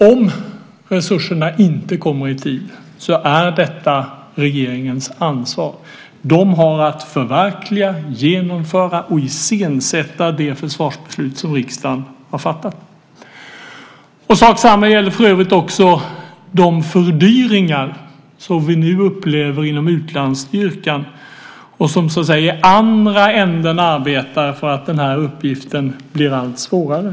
Om resurserna inte kommer i tid är det regeringens ansvar. De har att förverkliga, genomföra och iscensätta det försvarsbeslut som riksdagen fattat. Samma sak gäller för övrigt de fördyringar som vi nu upplever inom utlandsstyrkan och som så att säga arbetar i andra ändan för att uppgiften blir allt svårare.